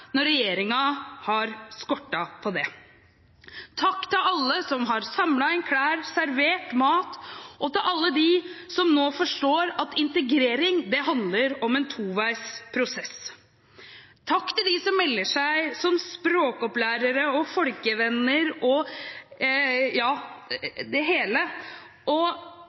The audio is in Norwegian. når det har skortet på det hos regjeringen. Takk til alle som har samlet inn klær og servert mat, og til alle dem som nå forstår at integrering handler om en toveisprosess. Takk til dem som melder seg som språkopplærere og folkevenner – ja det hele.